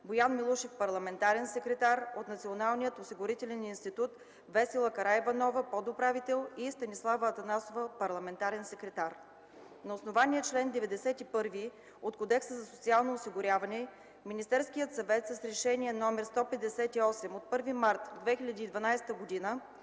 Боян Милушев, парламентарен секретар, от Националния осигурителен институт – Весела Караиванова, подуправител, и Станислава Атанасова, парламентарен секретар. На основание чл. 91 от Кодекса за социално осигуряване, Министерският съвет с Решение № 158 от 1 март 2012 г.